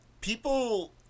people